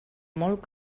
molt